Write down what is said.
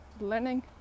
learning